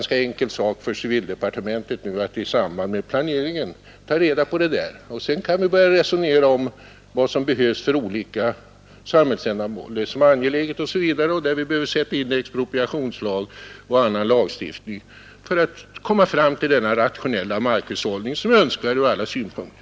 Sedan kan vi börja resonera om var vi behöver sätta in expropriationslag och annan lagstiftning för att komma fram till den rationella markhus 153 hållning som är önskvärd ur alla synpunkter.